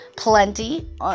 plenty